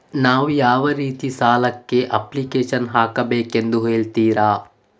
ನಾನು ಯಾವ ರೀತಿ ಸಾಲಕ್ಕೆ ಅಪ್ಲಿಕೇಶನ್ ಹಾಕಬೇಕೆಂದು ಹೇಳ್ತಿರಾ?